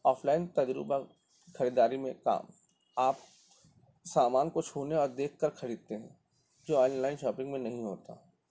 of line تجربہ خریداری میں کام آپ سامان کو چھونے اور دیکھ کر خریدتے ہیں جو آن لائن شاپنگ میں نہیں ہوتا